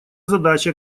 задача